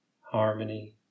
Harmony